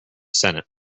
senate